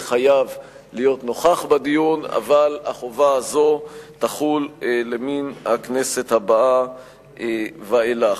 חייב להיות נוכח בדיון אך החובה הזו תחול למן הכנסת הבאה ואילך.